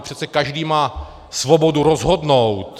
Přece každý má svobodu rozhodnout.